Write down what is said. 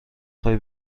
خوای